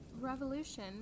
Revolution